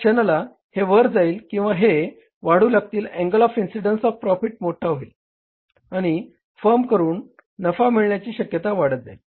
ज्या क्षणाला हे वर जाईल किंवा हे वाढू लागतील angle of incidence of profit मोठा होईल आणि फर्मकडून नफा मिळवण्याची शक्यता वाढत जाईल